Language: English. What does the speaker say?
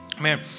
man